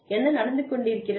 என்ன நடந்து கொண்டிருக்கிறது